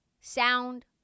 Sound